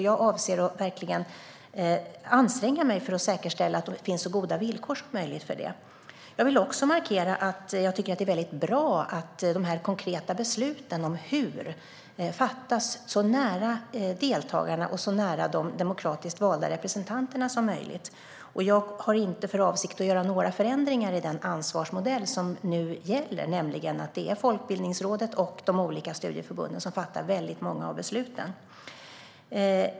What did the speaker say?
Jag avser att verkligen anstränga mig för att säkerställa att villkoren för det är så goda som möjligt. Jag vill också markera att jag tycker att det är bra att de konkreta besluten om hur fattas så nära deltagarna och de demokratiskt valda representanterna som möjligt. Jag har inte för avsikt att göra några förändringar i den ansvarsmodell som nu gäller, nämligen att Folkbildningsrådet och de olika studieförbunden fattar många av besluten.